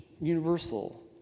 universal